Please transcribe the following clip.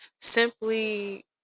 simply